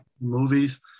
Movies